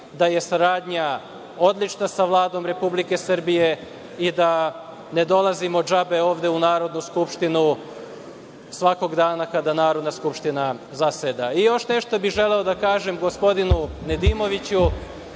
da je saradnja odlična sa Vladom Republike Srbije i da ne dolazimo džabe ovde u Narodnu skupštinu svakog dana kada Narodna skupština zaseda. Još nešto bih želeo da kažem gospodinu Nedimoviću.